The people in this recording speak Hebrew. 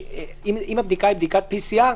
שאם הבדיקה היא PCR,